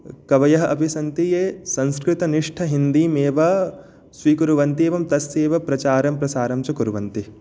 कवयः अपि सन्ति ये संस्कृतनिष्ठ हिन्दीमेव स्वीकुर्वन्ति एवं तस्यैव प्रचारं प्रसारं च कुर्वन्ति